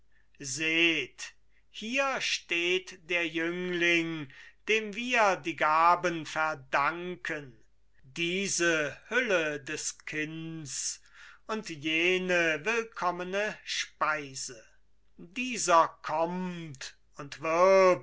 seht hier steht der jüngling dem wir die gaben verdanken diese hülle des kinds und jene willkommene speise dieser kommt und